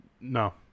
No